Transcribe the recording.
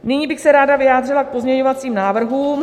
Nyní bych se ráda vyjádřila k pozměňovacím návrhům.